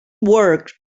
work